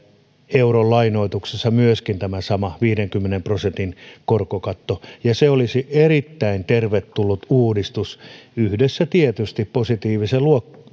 euron lainoituksessa myöskin tämä sama viidenkymmenen prosentin korkokatto se olisi erittäin tervetullut uudistus tietysti yhdessä positiivisen